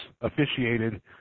officiated